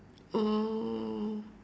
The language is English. oh